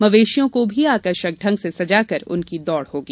मवेशियों को भी आकर्षक ढंग से सजाकर उनकी दौड़ होगी